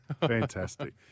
Fantastic